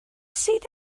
sydd